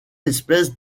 espèce